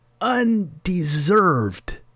Undeserved